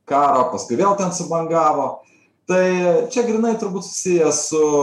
karo paskui vėl ten subangavo tai čia grynai turbūt susiję su